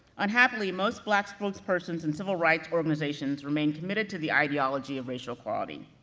unhappily, most black spokespersons and civil rights organizations remain committed to the ideology of racial equality.